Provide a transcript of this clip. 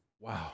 Wow